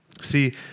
See